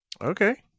Okay